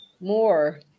More